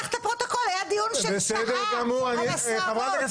תפתח את הפרוטוקול, היה דיון של שעה על הסוהרות.